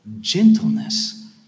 gentleness